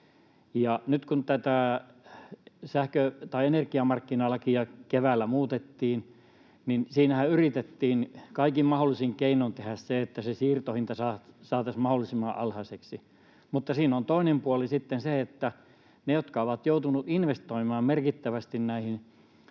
nyt kun tätä energiamarkkinalakia keväällä muutettiin, niin siinähän yritettiin kaikin mahdollisin keinoin tehdä se, että se siirtohinta saataisiin mahdollisimman alhaiseksi. Mutta siinä on toinen puoli sitten se, että niille, jotka ovat joutuneet investoimaan merkittävästi näihin